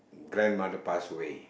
grandmother pass away